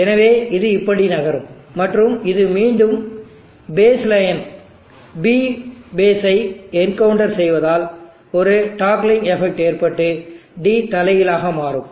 எனவே இது இப்படி நகரும் மற்றும் இது மீண்டும் பேஸ்லைன் P பேஸ் ஐ என்கவுண்டர் செய்வதால் ஒரு டாக்லிங்க் எபெக்ட் ஏற்பட்டு d தலைகீழாக மாறும்